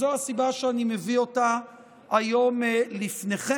זו הסיבה שאני מביא אותה היום לפניכם.